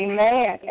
Amen